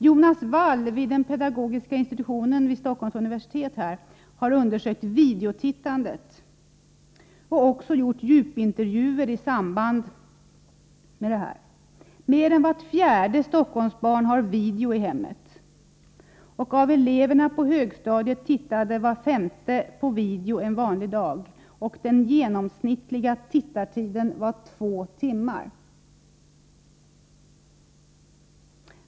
Jonas Wall på pedagogiska institutionen vid Stockholms universitet har undersökt videotittandet och även gjort djupintervjuer i samband därmed. Mer än vart fjärde Stockholmsbarn har video i hemmet. Av eleverna på högstadiet tittade vart femte på video en vanlig dag, och den genomsnittliga tittartiden var två timmar.